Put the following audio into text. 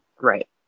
Right